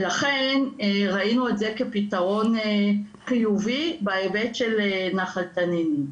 ולכן ראינו את זה כפתרון חיובי בהיבט של נחל תנינים.